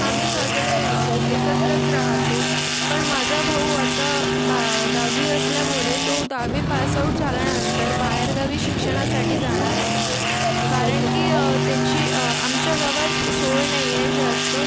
आम्ही सगळे एकत्रच राहतो पण माझा भाऊ आता बा दहावी असल्यामुळे तो दहावी पासआउट झाल्यानंतर बाहेरगावी शिक्षणासाठी जाणार आहे कारण की अ त्याची आमच्या गावात सोय नाही आहे जास्त